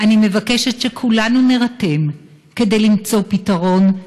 אני מבקשת שכולנו נירתם כדי למצוא פתרון,